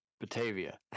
batavia